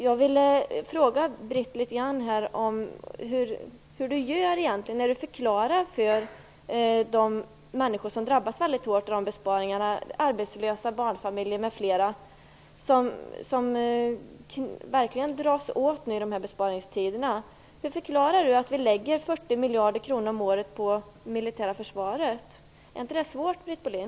Jag vill fråga Britt Bohlin hur hon gör när hon förklarar för de människor som verkligen drabbas väldigt hårt av besparingarna - arbetslösa, barnfamiljer m.fl. - att vi lägger 40 miljarder kronor om året på det militära försvaret. Är det inte svårt, Britt Bohlin?